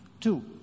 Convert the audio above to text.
Two